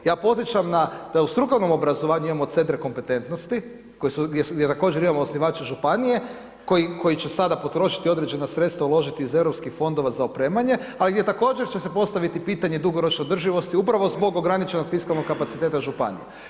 Ja podsjećam da u strukovnom obrazovanju imamo centre kompetentnosti gdje također imamo osnivače županije koji će sada potrošiti određena sredstva uložiti iz europskih fondova za opremanje, ali gdje također će se postaviti pitanje dugoročno održivosti upravo zbog ograničenog fiskalnog kapaciteta županija.